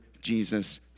Jesus